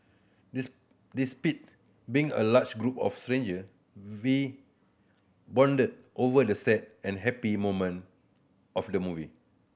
despite being a large group of stranger we bonded over the sad and happy moment of the movie